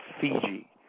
Fiji